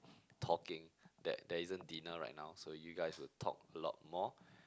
talking that there isn't dinner right now so you guys will talk a lot more